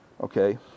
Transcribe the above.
Okay